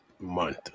month